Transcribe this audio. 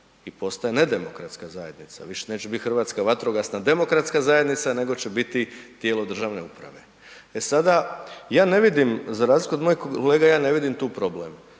i postaje nedemokratska zajednica. Više neće biti hrvatska vatrogasna demokratska zajednica nego će biti tijelo državne uprave. E sada, ja ne vidim za razliku od mojih kolega ja ne vidim tu problem,